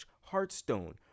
Hearthstone